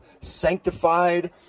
sanctified